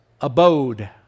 abode